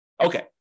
Okay